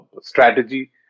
strategy